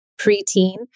preteen